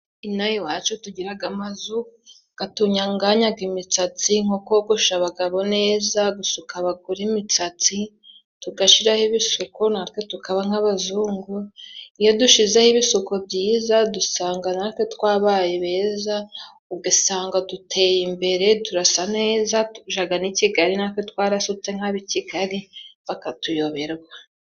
Inaha iwacu tugira amazunatunganya imisatsi, nko kogosha abagabo neza, gusuka abagore imisatsi tugashiraho ibisuko, natwe tukaba nk'abazungu. Iyo dushizeho ibisuko byiza dusanga natwe twabaye beza, ugasanga duteye imbere, turasa neza, tujya n'i Kigali natwe twarasutse nk'abi Kigali, bakatuyoberwa.